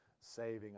saving